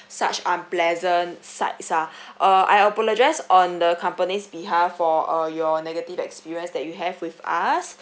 such unpleasant sights uh err I apologise on the company's behalf for uh your negative experience that you have with us